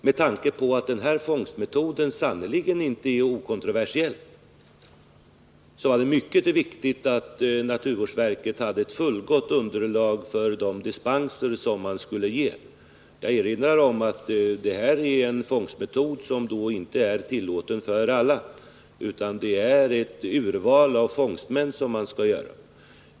Med tanke på att den här fångstmetoden sannerligen inte är okontroversiell var det mycket viktigt att naturvårdsverket hade ett fullgott underlag för de dispenser som man skulle ge. Jag erinrar om att det här är en fångstmetod som inte är tillåten för alla. Det är fråga om att göra ett urval av fångstmän.